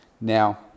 Now